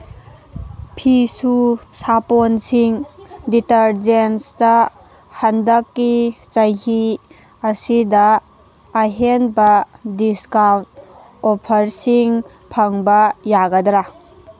ꯐꯤꯁꯨ ꯁꯥꯄꯣꯟꯁꯤꯡ ꯗꯤꯇꯔꯖꯦꯟꯁꯇ ꯍꯟꯗꯛꯀꯤ ꯆꯍꯤ ꯑꯁꯤꯗ ꯑꯍꯦꯟꯕ ꯗꯤꯁꯀꯥꯎꯟ ꯑꯣꯐꯔꯁꯤꯡ ꯐꯪꯕ ꯌꯥꯒꯗ꯭ꯔꯥ